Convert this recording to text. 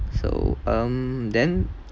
so um then